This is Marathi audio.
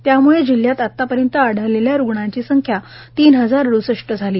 त्यामुळे जिल्ह्यात आतापर्यंत आढळलेल्या रुग्णांची संख्या तीन हजार अड्सष्ट झाली